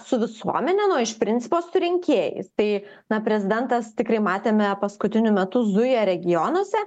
su visuomene nu iš principo su rinkėjais tai na prezidentas tikrai matėme paskutiniu metu zuja regionuose